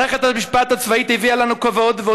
מערכת המשפט הצבאית הביאה לנו כבוד